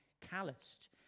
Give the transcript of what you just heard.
calloused